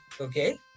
Okay